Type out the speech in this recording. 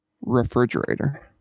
refrigerator